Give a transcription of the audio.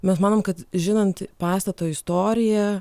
mes manom kad žinant pastato istoriją